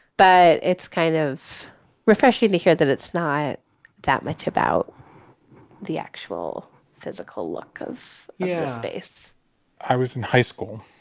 but it's kind of refreshing to hear that it's not that much about the actual physical look of yeah space i was in high school.